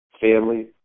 family